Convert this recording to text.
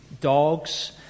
Dogs